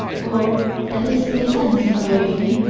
or that is the essence of everything,